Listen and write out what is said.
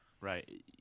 right